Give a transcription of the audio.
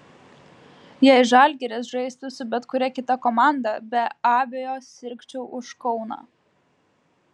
jei žalgiris žaistų su bet kuria kita komanda be abejo sirgčiau už kauną